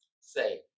say